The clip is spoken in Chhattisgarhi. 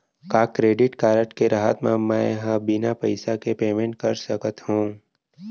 का क्रेडिट कारड के रहत म, मैं ह बिना पइसा के पेमेंट कर सकत हो?